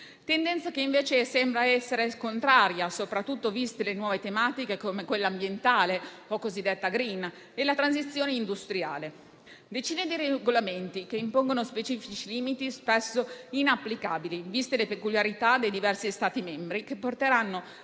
tendenza, invece, sembra andare in direzione contraria, soprattutto viste le nuove tematiche, come quella ambientale, o cosiddetta *green,* e la transizione industriale: ci sono decine di regolamenti che impongono specifici limiti, spesso inapplicabili, viste le peculiarità dei diversi Stati membri, e che porteranno